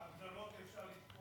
הגדרות אפשר לתפור.